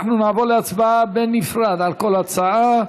אנחנו נעבור להצבעה בנפרד על כל הצעה.